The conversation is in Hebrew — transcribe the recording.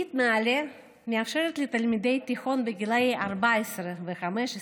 תוכנית נעל"ה מאפשרת לתלמידי תיכון בגילי 14 ו-15